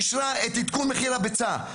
והיא אישרה את עדכון מחיר הביצה.